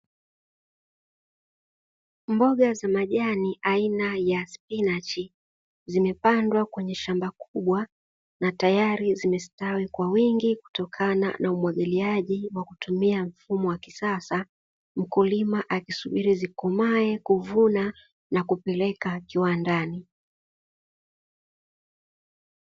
Mboga za majani aina ya spinachi zimepandwa kwenye shamba kubwa na tayari zimestawi kwa wingi kutokana na umwagiliaji wa kutumia mfumo wa kisasa, mkulima akisubiri zikomae kuvuna na kupeleka kiwandani.